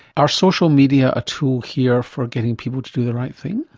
are social media a tool here for getting people to do the right thing?